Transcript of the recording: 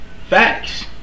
Facts